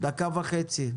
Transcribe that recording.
דקה וחצי לרשותך.